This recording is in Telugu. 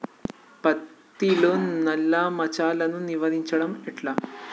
పత్తిలో నల్లా మచ్చలను నివారించడం ఎట్లా?